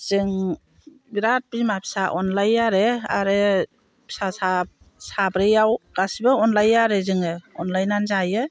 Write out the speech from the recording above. जों बिराद बिमा फिसा अनलायो आरो आरो फिसा साब्रैयाव गासिबो अनलायो आरो जोङो अनलायनानै जायो